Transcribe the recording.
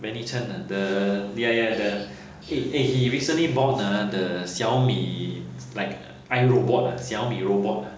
benny ch'ng ah the ya ya the he he recently bought ah the Xiaomi like iRobot ah Xiaomi robot